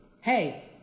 Hey